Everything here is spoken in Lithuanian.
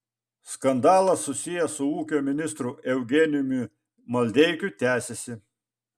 skandalas susijęs su ūkio ministru eugenijumi maldeikiu tęsiasi